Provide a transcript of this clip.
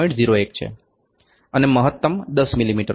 01 છે અને મહત્તમ 10 મીમી છે